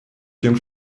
тем